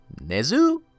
Nezu